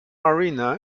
marina